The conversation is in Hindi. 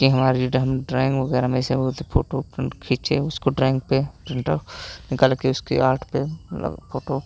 कि हमारी ड्राइंग ड्राइंग वगैरह में फोटो खींचे उसको ड्राइंग पे प्रिंटआउट निकाल के उसके आर्ट पे मतलब फोटो